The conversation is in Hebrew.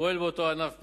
הפועל באותו ענף משק,